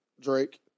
Drake